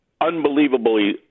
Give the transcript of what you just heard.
unbelievably